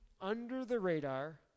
under-the-radar